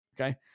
Okay